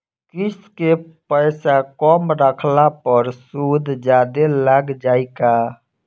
किश्त के पैसा कम रखला पर सूद जादे लाग जायी का?